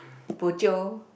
bo jio